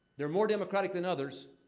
they're more democratic than others.